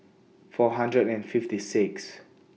four hundred and fifty Sixth